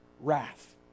wrath